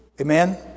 Amen